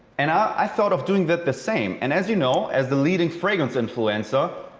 and i thought of doing that the same. and as you know, as the leading fragrance influencer,